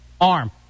Arm